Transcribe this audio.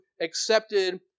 accepted